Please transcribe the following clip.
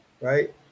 right